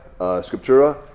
scriptura